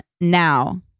Now